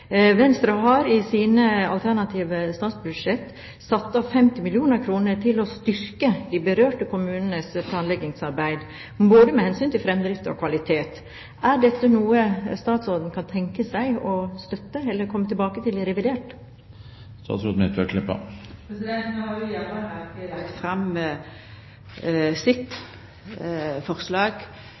Venstre har i sine alternative statsbudsjett satt av 50 mill. kr til å styrke de berørte kommunenes planleggingsarbeid, både med hensyn til fremdrift og kvalitet. Er dette noe statsråden kan tenke seg å støtte eller komme tilbake til i revidert? No har jo Jernbaneverket lagt fram sitt forslag